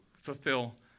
fulfill